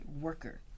worker